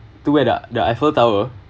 to where the the eiffel tower